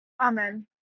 Amen